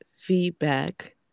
feedback